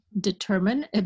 determine